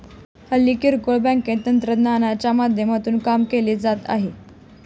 हल्ली किरकोळ बँकेत तंत्रज्ञानाच्या माध्यमातून काम केले जात आहे